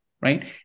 Right